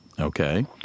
Okay